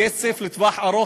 כסף לטווח ארוך,